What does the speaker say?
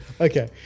Okay